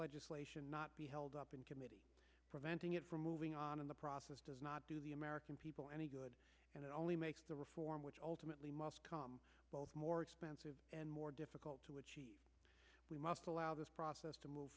legislation not be held up in committee preventing it from moving on in the process does not do the american people any good and it only makes the reform which ultimately must come more expensive and more difficult we must allow this process to move